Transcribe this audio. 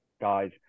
guys